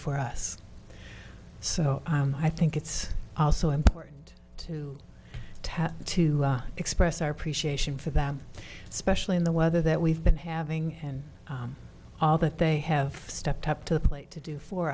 for us so i think it's also important to tap to express our appreciation for them especially in the weather that we've been having and all that they have stepped up to the plate to do for